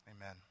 amen